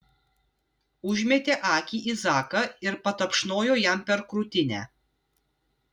užmetė akį į zaką ir patapšnojo jam per krūtinę